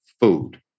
food